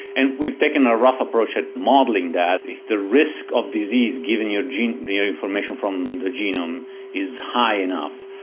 and we've taken a rough approach at modelling that if the risk of disease given your gene, your information from the genome is high enough,